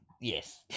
yes